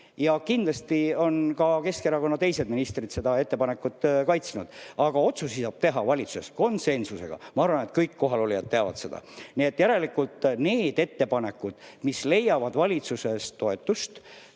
Ja kindlasti on ka Keskerakonna teised ministrid seda ettepanekut kaitsnud, aga otsuseid saab teha valitsus konsensusega. Ma arvan, et kõik kohalolijad teavad seda. Nii et järelikult need ettepanekud, mis leiavad valitsuses toetust